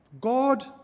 God